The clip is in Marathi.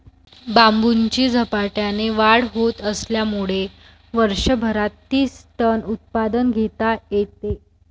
बांबूची झपाट्याने वाढ होत असल्यामुळे वर्षभरात तीस टन उत्पादन घेता येते